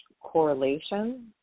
correlation